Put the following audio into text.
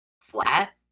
flat